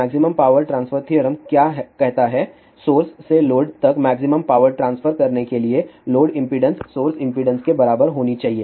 maximum power transfer theorem क्या कहता है सोर्स से लोड तक मैक्सिमम पावर ट्रांसफर करने के लिए लोड इंपेडेंस सोर्स इंपेडेंस के बराबर होनी चाहिए